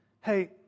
hey